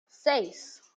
seis